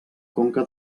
conca